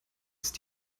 ist